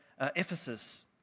Ephesus